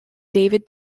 david